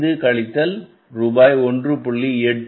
5 கழித்தல் ரூபாய் 1